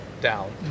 down